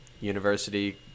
university